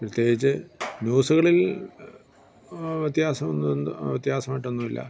പ്രത്യേകിച്ച് ന്യൂസുകളിൽ ആ വ്യത്യാസം എന്താ ആ വ്യത്യാസമായിട്ടൊന്നുമില്ല